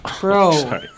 bro